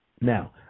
Now